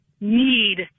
need